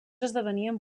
esdevenien